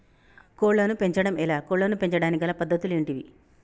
కోళ్లను పెంచడం ఎలా, కోళ్లను పెంచడానికి గల పద్ధతులు ఏంటివి?